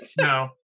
No